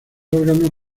órganos